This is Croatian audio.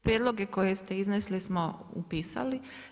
Prijedloge koje ste iznesli smo upisali.